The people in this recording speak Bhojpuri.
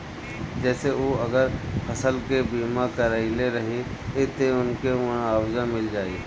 जेसे उ अगर फसल के बीमा करइले रहिये त उनके मुआवजा मिल जाइ